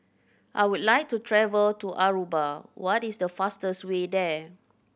I would like to travel to Aruba what is the fastest way there